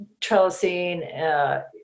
trellising